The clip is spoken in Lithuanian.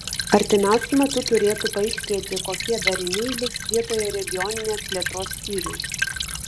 artimiausiu metu turėtų paaiškėti kokie dariniai liks vietoj regioninės plėtros skyrių